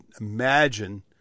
imagine